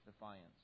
defiance